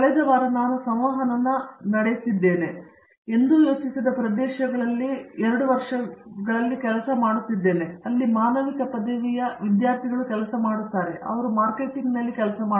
ಕಳೆದ ವಾರ ನಾನು ಸಂವಹನ ನಡೆಸುತ್ತಿದ್ದೇನೆ ಮತ್ತು ನಾನು ಎಂದಿಗೂ ಯೋಚಿಸದ ಪ್ರದೇಶದಲ್ಲಿ 2 ವರ್ಷಗಳಲ್ಲಿ ಕೆಲಸ ಮಾಡುತ್ತಿದ್ದೇನೆ ಅಲ್ಲಿ ಮಾನವಿಕ ಪದವಿಯ ವಿದ್ಯಾರ್ಥಿ ಕೆಲಸ ಮಾಡುತ್ತಿದ್ದಾನೆ ಅವರು ಮಾರ್ಕೆಟಿಂಗ್ನಲ್ಲಿ ಕೆಲಸ ಮಾಡುತ್ತಿದ್ದಾರೆ